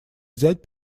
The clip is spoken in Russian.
взять